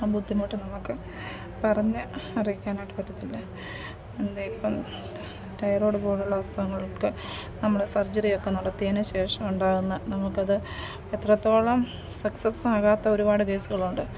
ആ ബുദ്ധിമുട്ട് നമുക്ക് പറഞ്ഞ് അറിയിക്കാനായിട്ട് പറ്റത്തില്ല എന്തേയിപ്പം തൈറോയ്ഡ് പോലുള്ള അസുഖങ്ങൾക്ക് നമ്മൾ സർജറിയൊക്കെ നടത്തിയതിന് ശേഷമുണ്ടാകുന്ന നമുക്കത് അത്രത്തോളം സക്സസ്സാകാത്ത ഒരുപാട് കേസുകളുണ്ട്